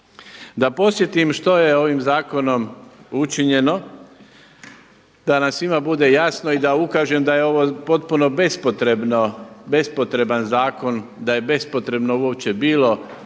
Da podsjetim što je ovim zakonom učinjeno, da nam svima bude jasno i da ukažem da je ovo potpuno bespotrebno, bespotreban zakon, da je bespotrebno uopće bilo